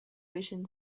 written